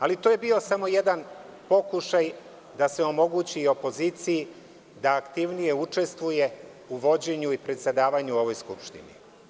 Ali to je bio samo jedan pokušaj da se omogući opoziciji da aktivnije učestvuje u vođenju i predsedavanju u ovoj skupštini.